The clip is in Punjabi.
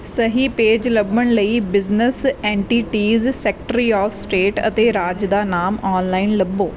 ਸਹੀ ਪੇਜ ਲੱਭਣ ਲਈ business entities secretary of state ਅਤੇ ਰਾਜ ਦਾ ਨਾਮ ਆਨਲਾਈਨ ਲੱਭੋ